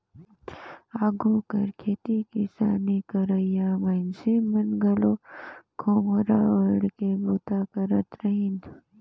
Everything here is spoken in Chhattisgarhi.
आघु कर खेती किसानी करोइया मइनसे मन घलो खोम्हरा ओएढ़ के बूता करत रहिन